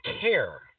care